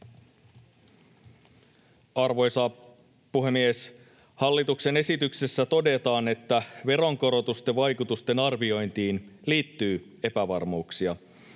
Arvoisa puhemies! Hallituksen esityksessä todetaan, että veronkorotusten vaikutusten arviointiin liittyy epävarmuuksia,